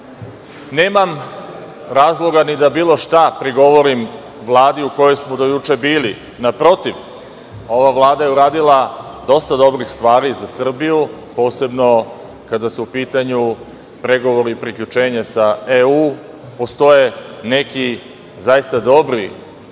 tako. Nemam razloga ni da bilo šta prigovorim Vladi u kojoj smo do juče bili. Naprotiv, ova Vlada je uradila dosta dobrih stvari za Srbiju, posebno kada su u pitanju pregovori o priključenju EU. Postoje neki zaista dobri